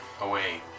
away